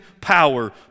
power